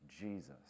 Jesus